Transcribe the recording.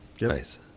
nice